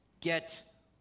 get